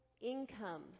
income